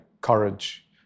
courage